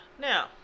Now